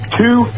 two